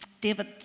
David